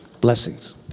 Blessings